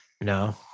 No